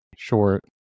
short